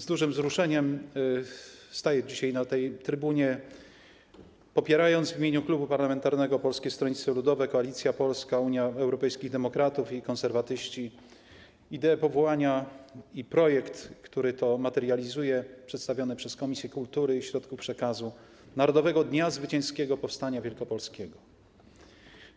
Z dużym wzruszeniem staję dzisiaj na tej trybunie, popierając w imieniu Klubu Parlamentarnego Koalicja Polska - Polskie Stronnictwo Ludowe, Unia Europejskich Demokratów i Konserwatyści idee powołania i projekt, który to materializuje, przedstawione przez Komisję Kultury i Środków Przekazu Narodowego Dnia Zwycięskiego Powstania Wielkopolskiego,